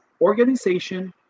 organization